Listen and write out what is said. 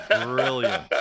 Brilliant